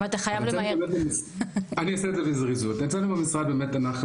אצלנו במשרד אנחנו,